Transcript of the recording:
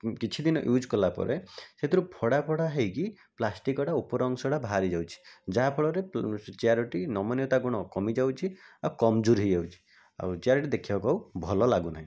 କିଛିଦିନ ୟୁଜ୍ କଲାପରେ ସେଥିରୁ ଫଡ଼ା ଫଡ଼ା ହେଇକି ପ୍ଲାଷ୍ଟିକ୍ଟା ଉପର ଅଂଶଟା ବାହାରିଯାଉଛି ଯାହାଫଳରେ ଚେୟାର୍ଟି ନମନୀୟତା ଗୁଣ କମିଯାଉଛି ଆଉ କମଜୋର୍ ହେଇଯାଉଛି ଆଉ ଚେୟାର୍ଟି ଦେଖିବାକୁ ଆଉ ଭଲ ଲାଗୁନାହିଁ